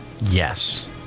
Yes